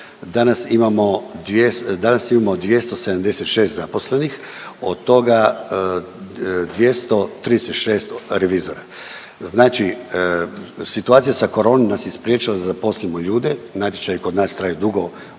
Danas imamo 276 zaposlenih, od toga 236 revizora. Znači situacija sa koronom nas je spriječila da zaposlimo ljudi, natječaji kod nas traju dugo, čak